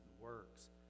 works